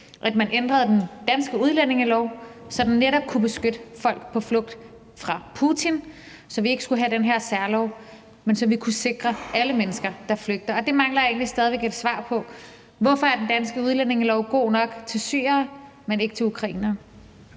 at man ændrede den danske udlændingelov, så den netop kunne beskytte folk på flugt fra Putin, så vi ikke skulle have den her særlov, men så vi kunne sikre alle mennesker, der flygter, og det mangler jeg egentlig stadig et svar på. Hvorfor er den danske udlændingelov god nok til syrer, men ikke til ukrainere?